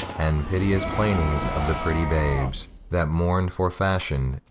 and piteous plainings of the pretty babes, that mourn'd for fashion,